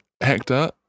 Hector